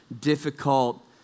difficult